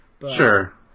Sure